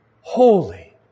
holy